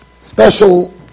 special